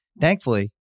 Thankfully